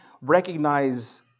recognize